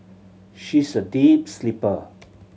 she's a deep sleeper